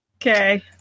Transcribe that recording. Okay